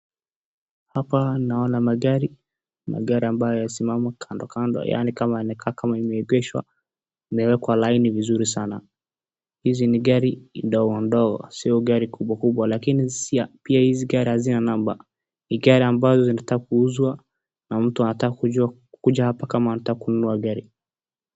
Hapa naona magari. Magari ambayo yamesimama kando kando yaani kama yamekaa kama yameegeshwa, imewekwa laini vizuri sana. Hizi ni gari ndogo ndogo siyo gari kubwa kubwa lakini sio, pia hizi gari hazina namba. Ni gari ambazo zinataka kuuzwa na mtu anakuja hapa kama anataka kununua gari.